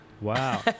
Wow